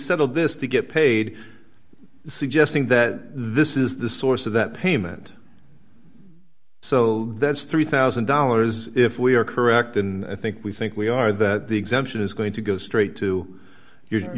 settled this to get paid suggesting that this is the source of that payment so there's three thousand dollars if we are correct in i think we think we are that the exemption is going to go straight to your